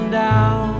down